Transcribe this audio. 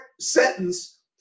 sentence